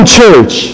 church